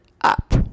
up